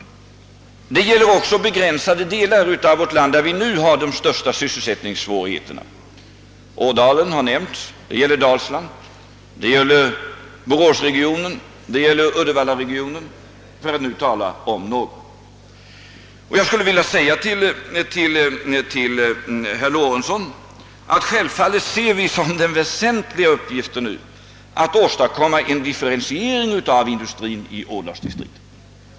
Detta gäller också begränsade delar av vårt land där vi nu har de största sysselsättningssvårigheterna. Ådalen har nämnts. Det gäller också Dalsland, boråsregionen och uddevallaregionen. Jag skulle vilja säga till herr Lorentzon att vi självfallet ser som den väsentliga uppgiften att åstadkomma en differentiering av industrier i ådalsdistriktet.